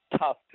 tough